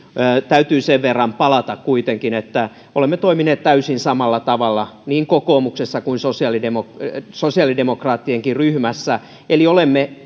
täytyy sen verran palata kuitenkin että olemme toimineet täysin samalla tavalla niin kokoomuksessa kuin sosiaalidemokraattienkin ryhmässä eli olemme